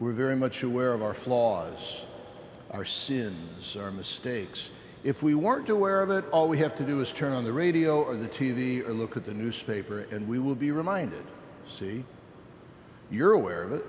we're very much aware of our flaws our sins are mistakes if we weren't aware of it all we have to do is turn on the radio or the t v or look at the newspaper and we will be reminded c you're aware of it